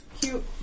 Cute